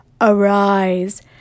Arise